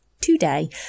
today